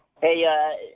Hey